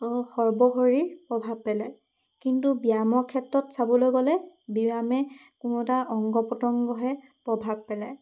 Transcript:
সৰ্বশৰীৰ প্ৰভাৱ পেলায় কিন্তু ব্যায়ামৰ ক্ষেত্ৰত চাবলৈ গ'লে ব্যায়ামে কোনো এটা অংগ প্ৰত্যংগহে প্ৰভাৱ পেলায়